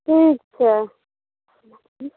ठीक छै